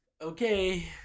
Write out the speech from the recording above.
okay